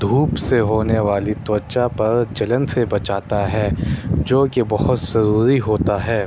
دھوپ سے ہونے والی توَچا پر جلن سے بچاتا ہے جو کہ بہت ضروری ہوتا ہے